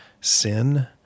sin